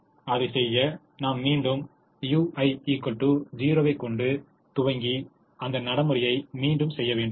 அதைச் செய்ய நாம் மீண்டும் u1 0 ஐ கொண்டு துவங்கி அந்த நடைமுறையை மீண்டும் செய்ய வேண்டும்